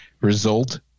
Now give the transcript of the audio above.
Result